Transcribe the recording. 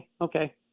okay